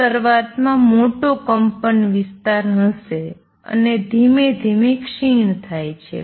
તે શરૂઆતમાં મોટો એમ્પ્લિટ્યુડ હશે અને ધીમે ધીમે ક્ષીણ થાય છે